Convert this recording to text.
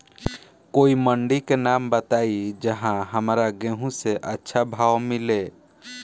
कोई मंडी के नाम बताई जहां हमरा गेहूं के अच्छा भाव मिले?